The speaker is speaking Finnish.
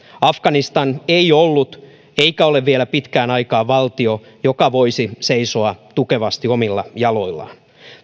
afganistan ei ollut eikä ole vielä pitkään aikaan valtio joka voisi seisoa tukevasti omilla jaloillaan